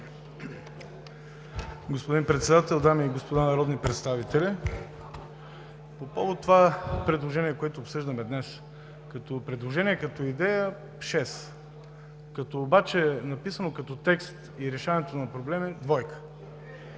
Господин Председател, дами и господа народни представители! По повод предложението, което обсъждаме днес. Като предложение, като идея е за шест. Обаче, написано като текст и решаване на проблеми – двойка!